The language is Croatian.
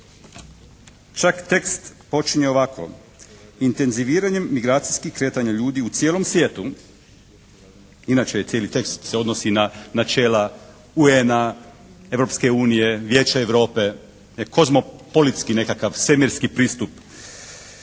Čak tekst počinje ovako. Intenziviranjem migracijskih kretanja ljudi u cijelom svijetu, inače cijeli tekst se odnosi na načela UN-a, Europske unije, Vijeća Europe, kozmopolitski nekakav svemirski pristup,